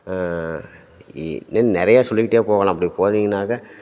இ இன்னும் நிறையா சொல்லிக்கிட்டே போகலாம் அப்படி போனீங்கன்னாக்க